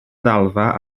ddalfa